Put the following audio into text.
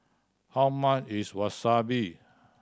how much is Wasabi